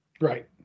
Right